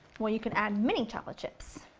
or you can add mini chocolate chips.